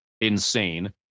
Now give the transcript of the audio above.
insane